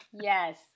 Yes